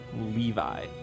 Levi